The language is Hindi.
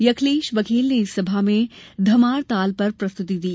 यखलेश बघेल ने इस सभा में धमार ताल पर प्रस्तुति दी